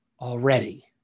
already